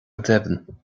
deimhin